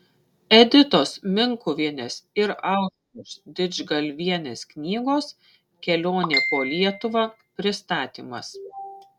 editos minkuvienės ir aušros didžgalvienės knygos kelionė po lietuvą pristatymas